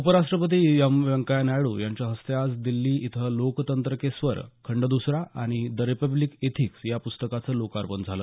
उपराष्ट्रपती व्यंकया नायडू यांच्या हस्ते आज दिल्ली इथं लोकतंत्र के स्वर खंड द्सरा आणि द रिपब्लीक इथीक्स या पुस्तकांचं लोकार्पण झालं